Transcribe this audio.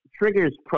triggers